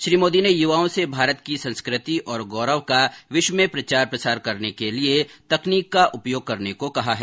श्री मोदी ने यूवाओं से भारत की संस्कृति और गौरव का विश्वभर में प्रचार प्रसार करने के लिए तकनीक का उपयोग करने को कहा है